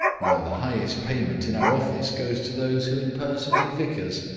now the highest payment in our office goes to those who impersonate vicars,